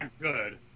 good